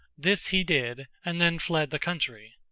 this he did, and then fled the country.